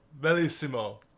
Bellissimo